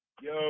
Yo